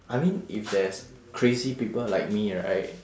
I mean if there's crazy people like me right